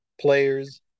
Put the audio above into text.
players